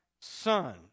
son